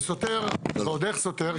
זה סותר, ועוד איך סותר.